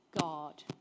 God